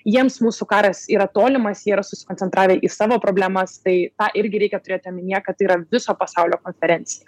jiems mūsų karas yra tolimas jie yra susikoncentravę į savo problemas tai irgi reikia turėti omenyje kad tai yra viso pasaulio konferencija